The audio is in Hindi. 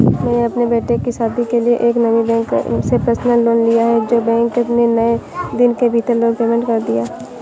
मैंने अपने बेटे की शादी के लिए एक नामी बैंक से पर्सनल लोन लिया है जो बैंक ने एक दिन के भीतर लोन पेमेंट कर दिया